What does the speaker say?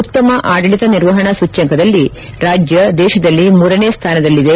ಉತ್ತಮ ಆದಳಿತ ನಿರ್ವಹಣಾ ಸೂಚ್ಯಂಕದಲ್ಲಿ ರಾಜ್ಯ ದೇಶದಲ್ಲಿ ಮೂರನೇ ಸ್ಟಾನದಲ್ಲಿದೆ